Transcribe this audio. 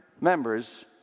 members